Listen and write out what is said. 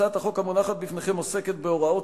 הצעת החוק המונחת בפניכם עוסקת בהוראות